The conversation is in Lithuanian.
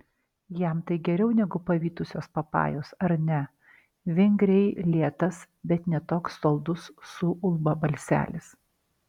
jam tai geriau negu pavytusios papajos ar ne vingriai lėtas bet ne toks saldus suulba balselis